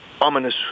ominous